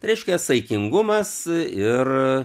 reiškia saikingumas ir